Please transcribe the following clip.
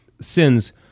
sins